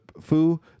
Fu